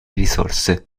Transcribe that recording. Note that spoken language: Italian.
risorse